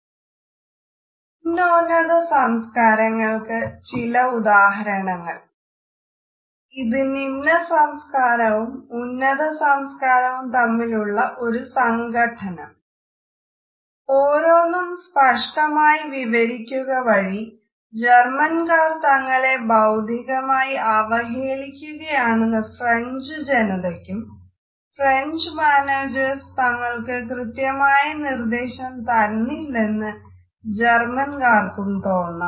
നിമ്നോന്നത സംസ്കാരപ്രകരണങ്ങൾക്ക് ചില ഉദാഹരണങ്ങൾ ഇത് നിമ്നസംസ്കാരവും ഉന്നത സംസ്കാരവും തമ്മിലുള്ള ഒരു സംഘട്ടനം - ഓരോന്നും സ്പഷ്ടമായി വിവരിക്കുക വഴി ജർമ്മൻകാർ തങ്ങളെ ബൌദ്ധികമായി അവഹേളിക്കുകയാണെന്ന് ഫ്രഞ്ച് ജനതയ്ക്കും ഫ്രഞ്ച് മാനേജേഴ്സ് തങ്ങൾക്ക് കൃത്യമായ നിർദ്ദേശം തന്നില്ലെന്ന് ജർമ്മൻകാർക്കും തോന്നാം